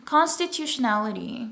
Constitutionality